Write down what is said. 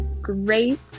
great